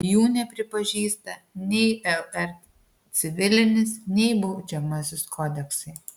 jų nepripažįsta nei lr civilinis nei baudžiamasis kodeksai